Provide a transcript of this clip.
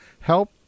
help